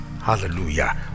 hallelujah